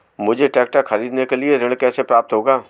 मुझे ट्रैक्टर खरीदने के लिए ऋण कैसे प्राप्त होगा?